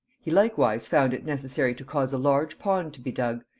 he likewise found it necessary to cause a large pond to be dug,